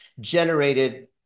generated